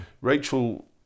Rachel